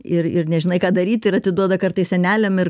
ir ir nežinai ką daryti ir atiduoda kartais seneliam ir